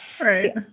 Right